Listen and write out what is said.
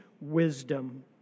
wisdom